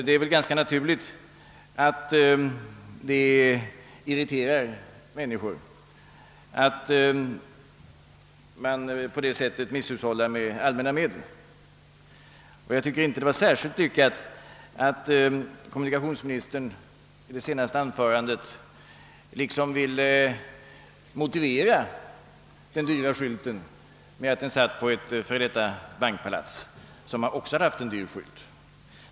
Det är väl ganska naturligt att det irriterar människor, att ett staligt verk på detta sätt misshushållar med allmänna medel. Jag tycker därför inte att det var särskilt lyckat att kommunikationsministern i sitt senaste anförande liksom ville motivera den dyra skylten med att den satt på ett före detta bankpalats, som också hade haft en dyr skylt.